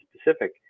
specific